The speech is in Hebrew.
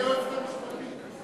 מה עם היועצת המשפטית?